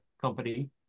company